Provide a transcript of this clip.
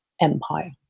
empire